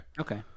Okay